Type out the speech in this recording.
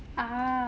ah